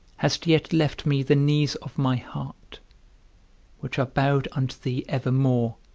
hast yet left me the knees of my heart which are bowed unto thee evermore